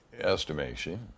estimation